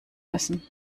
müssen